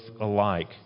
alike